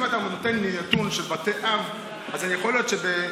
אם אתה נותן לי נתון של בתי אב אז יכול להיות שבעכו